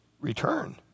return